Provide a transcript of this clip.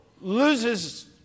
loses